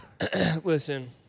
Listen